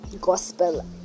gospel